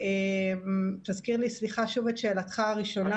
תזכיר לי שוב את שאלתך הראשונה.